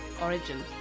origin